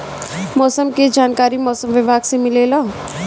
मौसम के जानकारी मौसम विभाग से मिलेला?